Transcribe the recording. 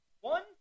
one